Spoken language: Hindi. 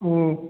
ओ